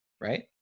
Right